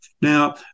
Now